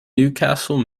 newcastle